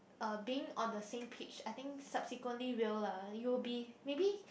uh being on the same page I think subsequently will lah you'll be maybe